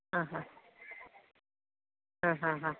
ആ ഹാ ആ ഹാ ഹാ